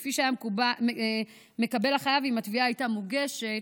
כפי שהיה מקבל החייב אם התביעה הייתה מוגשת